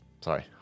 Sorry